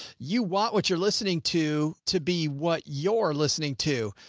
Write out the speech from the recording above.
you want what you're listening to, to be what your listening to,